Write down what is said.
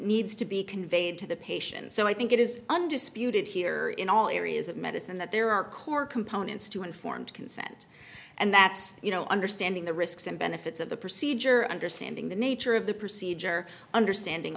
needs to be conveyed to the patient so i think it is undisputed here in all areas of medicine that there are core components to informed consent and that's you know understanding the risks and benefits of the procedure understanding the nature of the procedure understanding